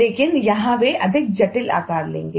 लेकिन यहां वे अधिक जटिल आकार लेंगे